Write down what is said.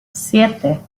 siete